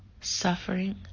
suffering